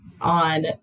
on